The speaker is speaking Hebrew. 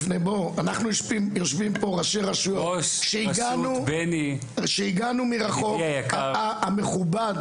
בוא אנחנו יושבים פה ראשי רשויות שהגענו מרחוק המכובד,